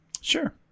Sure